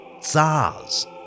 Tsars